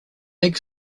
big